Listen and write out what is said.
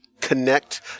connect